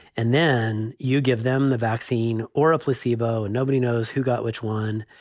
and then you give them the vaccine or a placebo. and nobody knows who got which one.